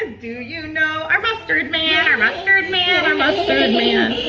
do you know our mustard man our mustard man our mustard man yeah,